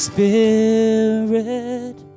Spirit